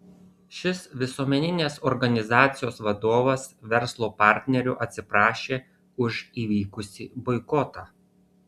šis visuomeninės organizacijos vadovas verslo partnerių atsiprašė už įvykusį boikotą